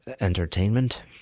entertainment